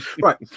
Right